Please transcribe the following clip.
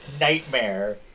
nightmare